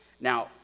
now